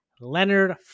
Leonard